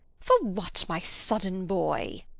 for what, my sudden boy?